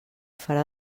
farà